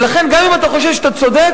לכן, גם אם אתה חושב שאתה צודק,